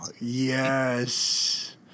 Yes